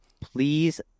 please